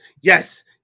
yes